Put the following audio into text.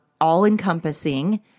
all-encompassing